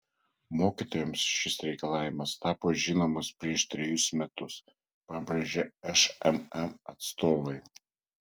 mokytojams šis reikalavimas tapo žinomas prieš trejus metus pabrėžė šmm atstovai